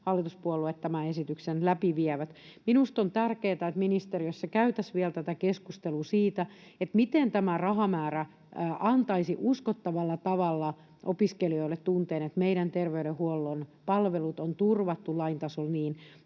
hallituspuolueet tämän esityksen läpi vievät. Minusta on tärkeätä, että ministeriössä käytäisiin vielä keskustelua siitä, miten tämä rahamäärä antaisi uskottavalla tavalla opiskelijoille tunteen, että meidän terveydenhuollon palvelut on turvattu lain tasolla niin,